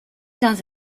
dans